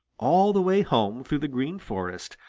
all the way home through the green forest,